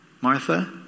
Martha